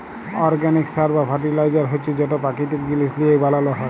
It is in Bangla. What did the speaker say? অরগ্যানিক সার বা ফার্টিলাইজার হছে যেট পাকিতিক জিলিস লিঁয়ে বালাল হ্যয়